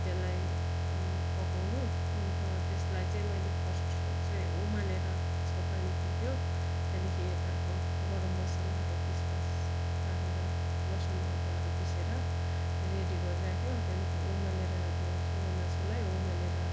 त्यसलाई पकाउनु अन्त त्यसलाई चाहिँ मैले फर्स्ट चाहिँ उमालेर त्यसको पानी फ्याँक्यो त्यहाँदेखि यताको गरम मसलाहरू पिसपास पारेर लसुन अदुवाहरू पिसेर रेडी गरिराख्यो त्यहाँदेखि उमालेर त्यो सुँगुरको मासुलाई उमालेर